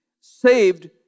saved